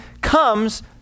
comes